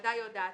בוודאי יודעת,